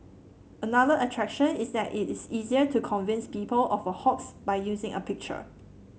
another attraction is that it is easier to convince people of a hoax by using a picture